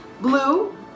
blue